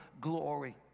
glory